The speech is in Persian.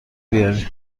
بیاری